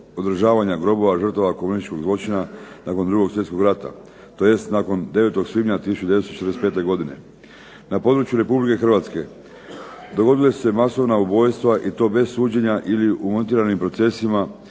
održavanja grobova komunističkih žrtava nakon 2. Svjetskog rata tj. nakon 9. svibnja 1945. godine. Na području Republike Hrvatske dogodila su se masovna ubojstva i to bez suđenja ili montiranim procesima